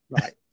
right